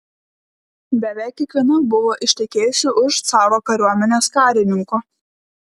beveik kiekviena buvo ištekėjusi už caro kariuomenės karininko